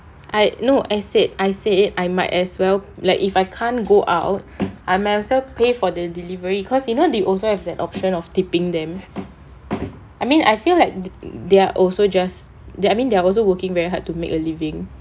I no I said I said I might as well like if I can't go out I might as well pay for the delivery because you know they also have the option of tipping them I mean I feel like they are also just I mean they are also working very hard to make a living